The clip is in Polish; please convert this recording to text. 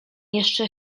jeszcze